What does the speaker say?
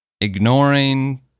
ignoring